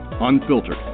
unfiltered